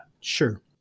Sure